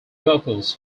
vocals